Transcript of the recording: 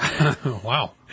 Wow